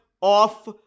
off